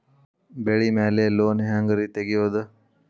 ಬೆಳಿ ಮ್ಯಾಲೆ ಲೋನ್ ಹ್ಯಾಂಗ್ ರಿ ತೆಗಿಯೋದ?